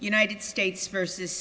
united states versus